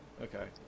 Okay